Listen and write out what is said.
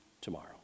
tomorrow